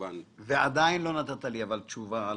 עדיין לא נתת לי תשובה.